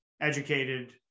educated